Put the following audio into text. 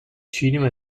cinema